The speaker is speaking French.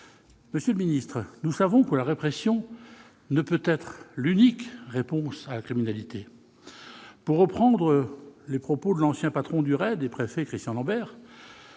Monsieur le ministre, nous savons que la répression ne peut être l'unique réponse à la criminalité. Pour reprendre les mots du préfet Christian Lambert,